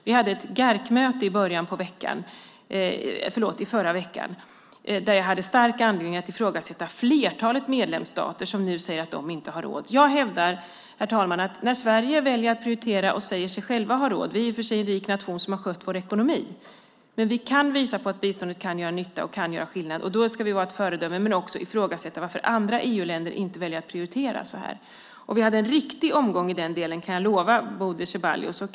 Vi hade ett Gaercmöte i förra veckan där jag hade stark anledning att ifrågasätta flertalet medlemsstaters agerande som nu säger att de inte har råd. Jag hävdar, herr talman, att när Sverige väljer att prioritera och säger sig självt ha råd - vi är i och för sig en rik nation som har skött sin ekonomi - kan vi visa på att biståndet kan göra nytta och kan göra skillnad. Då ska vi vara ett föredöme men också fråga varför andra EU-länder inte väljer att prioritera detta. Vi hade en riktig omgång i den delen, kan jag lova Bodil Ceballos.